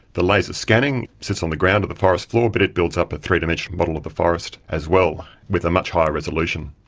the laser scanning sits on the ground at the forest floor but it builds up a three-dimensional model of the forest as well, with a much higher resolution.